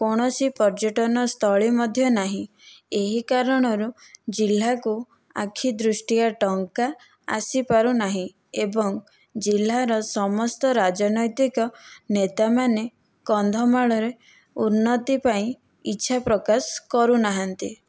କୌଣସି ପର୍ଯ୍ୟଟନସ୍ଥଳୀ ମଧ୍ୟ ନାହିଁ ଏହି କାରଣରୁ ଜିଲ୍ଲାକୁ ଆଖି ଦୃଷ୍ଟିଆ ଟଙ୍କା ଆସିପାରୁନାହିଁ ଏବଂ ଜିଲ୍ଲାର ସମସ୍ତ ରାଜନୈତିକ ନେତାମାନେ କନ୍ଧମାଳରେ ଉନ୍ନତି ପାଇଁ ଇଚ୍ଛା ପ୍ରକାଶ କରୁନାହାନ୍ତି